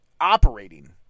operating